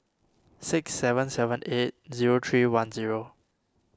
six seven seven eight zero three one zero